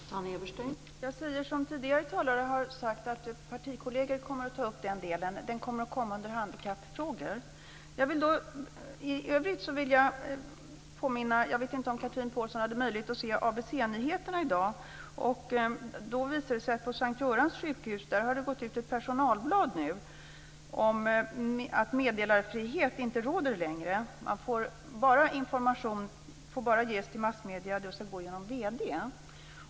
Fru talman! Jag säger som tidigare talare har sagt, nämligen att mina partikolleger kommer att ta upp den delen under handikappfrågor. Jag vet inte om Chatrine Pålsson hade möjlighet att se ABC-nyheterna i dag. Det visade sig att det på St:Görans sjukhus har gått ut ett personalblad om att meddelarfrihet inte råder längre. Information får bara ges till massmedier genom vd.